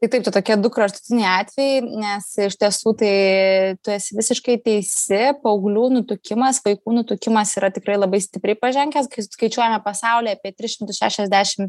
tai taip tai tokie du kraštutiniai atvejai nes iš tiesų tai tu esi visiškai teisi paauglių nutukimas vaikų nutukimas yra tikrai labai stipriai pažengęs kai skaičiuojame pasauly apie tris šimtus šešiasdešim